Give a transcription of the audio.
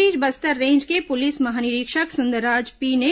इस बीच बस्तर रेंज के पुलिस महानिरीक्षक सुंदरराज पी ने